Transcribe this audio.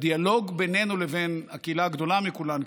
הדיאלוג בינינו לבין הקהילה הגדולה מכולן,